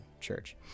church